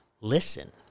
listen